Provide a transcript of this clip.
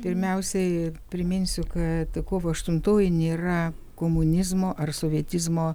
pirmiausiai priminsiu kad kovo aštuntoji nėra komunizmo ar sovietizmo